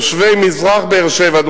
תושבי מזרח באר-שבע,